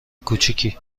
کوچیکی